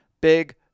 big